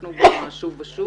שעסקנו בה שוב ושוב